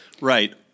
Right